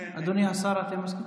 אדוני השר, אתה מסכים?